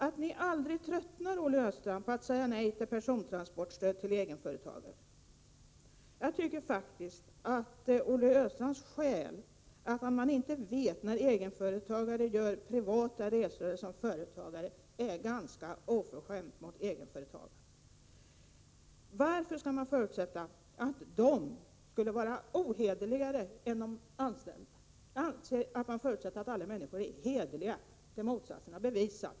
Att ni aldrig tröttnar, Olle Östrand, på att säga nej till persontransportstöd till egenföretagare! Jag tycker faktiskt att Olle Östrands skäl, att man inte vet när egenföretagare gör privata resor eller resor som företagare, är ganska oförskämt mot egenföretagarna. Varför skall man förutsätta att de skulle vara ohederligare än anställda? Jag anser att man förutsätter att alla människor är hederliga till dess motsatsen har bevisats.